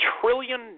trillion